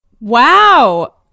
Wow